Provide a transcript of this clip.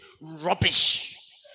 rubbish